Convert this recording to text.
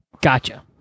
Gotcha